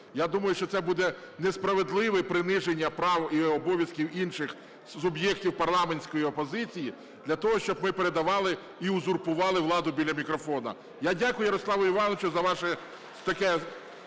я думаю, що це буде несправедливе приниження прав і обов'язків інших суб'єктів парламентської опозиції для того, щоб ми передавали і узурпували владу біля мікрофону. Я дякую, Ярославе Івановичу, за вашу таку